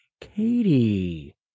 Katie